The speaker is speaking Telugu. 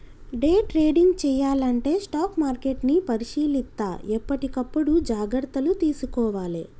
డే ట్రేడింగ్ చెయ్యాలంటే స్టాక్ మార్కెట్ని పరిశీలిత్తా ఎప్పటికప్పుడు జాగర్తలు తీసుకోవాలే